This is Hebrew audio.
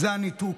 זה הניתוק.